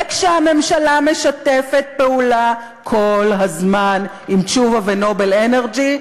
וכשהממשלה משתפת פעולה כל הזמן עם תשובה ו"נובל אנרג'י",